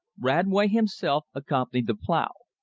radway himself accompanied the plow.